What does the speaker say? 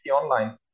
online